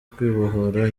kwibohora